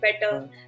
better